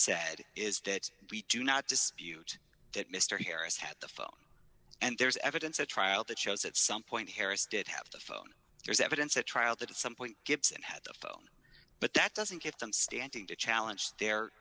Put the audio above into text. said is that we do not dispute that mr harris had the phone and there is evidence at trial that shows at some point harris did have to phone there's evidence at trial that at some point gibson had of but that doesn't give them standing to challenge the